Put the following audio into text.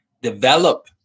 develop